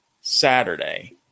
Saturday